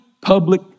public